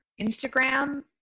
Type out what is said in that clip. Instagram